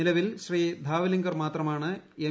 നിലവിൽ ശ്രീ ധാവ്ലിക്കർ മാത്രമാണ് എം